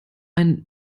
ein